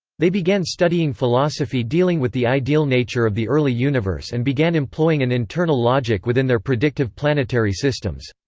they began studying philosophy dealing with the ideal nature of the early universe and began employing an internal logic within their predictive planetary systems.